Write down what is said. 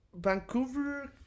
Vancouver